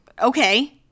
okay